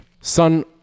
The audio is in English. son